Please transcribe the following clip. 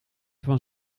van